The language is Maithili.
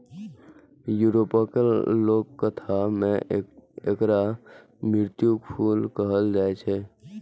यूरोपक लोककथा मे एकरा मृत्युक फूल कहल जाए छै